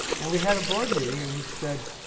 and we had a board meeting and we said,